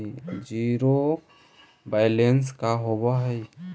Zero balance का होव हइ?